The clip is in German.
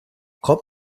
kommt